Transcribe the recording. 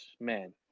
Man